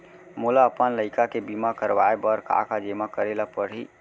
मोला अपन लइका के बीमा करवाए बर का का जेमा करे ल परही?